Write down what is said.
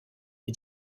les